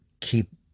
keep